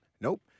Nope